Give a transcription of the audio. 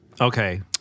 Okay